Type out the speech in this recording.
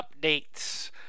Updates